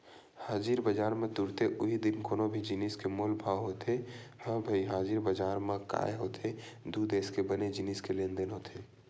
हाजिर बजार म तुरते उहीं दिन कोनो भी जिनिस के मोल भाव होथे ह भई हाजिर बजार म काय होथे दू देस के बने जिनिस के लेन देन होथे